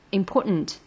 important